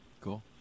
Cool